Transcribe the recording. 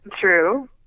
True